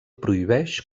prohibeix